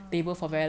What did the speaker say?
ah